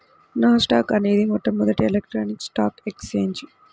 నాస్ dock అనేది మొట్టమొదటి electronic stock exchange